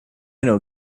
know